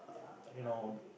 you know